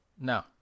No